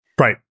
Right